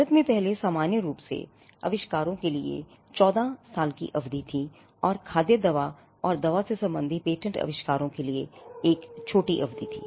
भारत में पहले सामान्य रूप से आविष्कारों के लिए 14 साल की अवधि थी और खाद्य दवा और दवा से संबंधित पेटेंट आविष्कारों के लिए एक छोटी अवधि थी